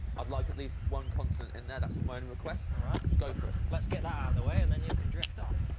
i'd like at least one consonant in there. that's of my only request. all right, go for it let's get that out of the way, and then you can drift off